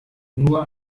nur